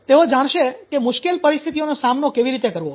તેઓ જાણશે કે મુશ્કેલ પરિસ્થિતિઓનો સામનો કેવી રીતે કરવો